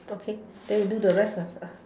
okay then we do the rest ah